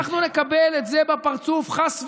אנחנו נקבל את זה בפרצוף, חס וחלילה,